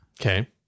Okay